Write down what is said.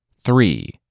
Three